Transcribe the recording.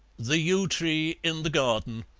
the yew tree in the garden,